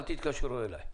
אל תתקשרו אליי.